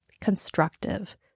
constructive